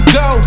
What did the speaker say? go